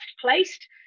placed